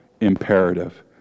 imperative